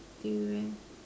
Durian